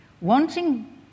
wanting